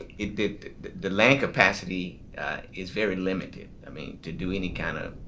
it the the land capacity is very limited, i mean, to do any kind of